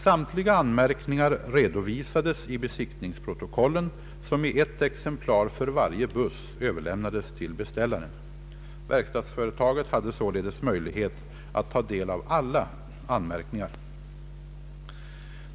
Samtliga anmärkningar redovisades i besiktningsprotokollen, som i ett exemplar för varje buss överlämnades till beställaren. Verkstadsföretaget hade således möjlighet att ta del av alla anmärkningar.